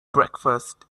breakfast